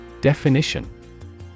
Definition